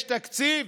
יש תקציב.